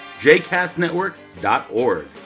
jcastnetwork.org